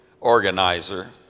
organizer